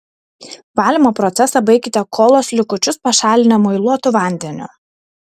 valymo procesą baikite kolos likučius pašalinę muiluotu vandeniu